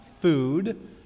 food